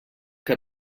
que